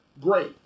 great